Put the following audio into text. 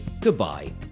Goodbye